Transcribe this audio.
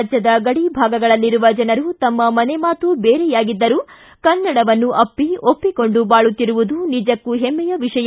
ರಾಜ್ಯದ ಗಡಿ ಭಾಗಗಳಲ್ಲಿರುವ ಜನರು ತಮ್ಮ ಮನೆಮಾತು ಬೇರೆಯಾಗಿದ್ದರೂ ಕನ್ನಡವನ್ನು ಅಪ್ಪಿ ಒಪ್ಪಿಕೊಂಡು ಬಾಳುತ್ತಿರುವುದು ನಿಜಕ್ಕೂ ಹೆಮ್ಲೆಯ ವಿಷಯ